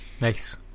Nice